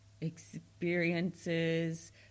experiences